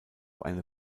eine